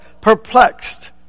perplexed